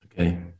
Okay